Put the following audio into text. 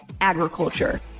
agriculture